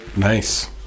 Nice